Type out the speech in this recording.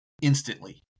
instantly